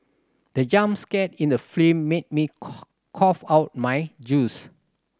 the jump scare in the film made me cough out my juice